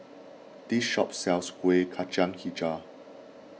this shop sells Kueh Kacang HiJau